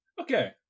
okay